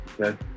Okay